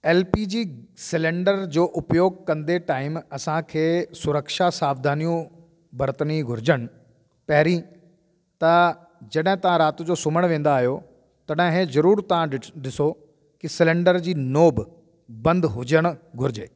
L P G cylinder जो उपयोगु कंदे टाइम असांखे सुरक्षा साविधानियूं बरतनी घुरिजनि पहिरीं त जॾहिं तव्हां राति जो सुम्हणु वेंदा आयो तॾहिं ज़रूरु तव्हां ॾिस ॾिसो के सिलेंडर जी नोभ बंदि हुजणु घुरिजे